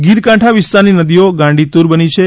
ગીર કાંઠા વિસ્તારની નદીઓ ગાંડીતૂર બની છે